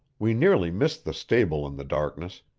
we nearly missed the stable in the darkness,